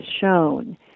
shown